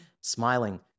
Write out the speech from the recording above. smiling